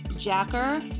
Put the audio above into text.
Jacker